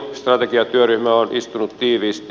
lohistrategiatyöryhmä on istunut tiiviisti